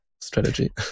strategy